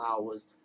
hours